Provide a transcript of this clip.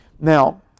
Now